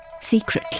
secretly